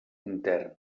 intern